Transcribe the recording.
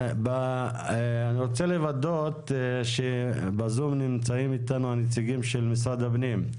אני רוצה לוודא שבזום נמצאים איתנו הנציגים של משרד הפנים,